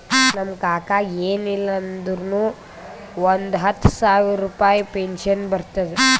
ನಮ್ ಕಾಕಾಗ ಎನ್ ಇಲ್ಲ ಅಂದುರ್ನು ಒಂದ್ ಹತ್ತ ಸಾವಿರ ರುಪಾಯಿ ಪೆನ್ಷನ್ ಬರ್ತುದ್